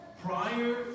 Prior